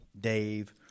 Dave